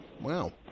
Wow